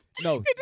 No